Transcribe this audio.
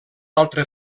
altra